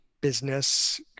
business